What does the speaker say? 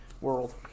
world